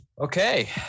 okay